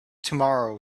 tomorrow